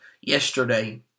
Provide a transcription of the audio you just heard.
yesterday